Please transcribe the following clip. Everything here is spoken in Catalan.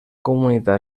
comunitat